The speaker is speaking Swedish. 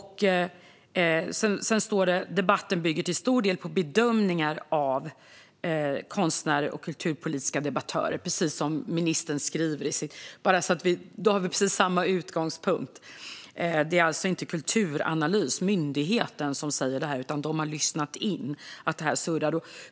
Sedan står det: "Debatten bygger till stor del på bedömningar av konstnärer och kulturpolitiska debattörer." Det är precis vad ministern också säger. Vi har alltså samma utgångspunkt. Det är alltså inte Myndigheten för kulturanalys som säger detta, utan de har lyssnat in att detta surrar.